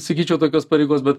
sakyčiau tokios pareigos bet